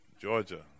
Georgia